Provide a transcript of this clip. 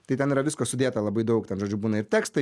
tai ten yra visko sudėta labai daug ten žodžiu būna ir tekstai